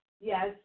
Yes